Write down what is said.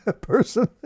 person